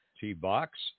T-Box